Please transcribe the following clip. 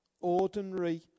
ordinary